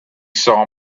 saw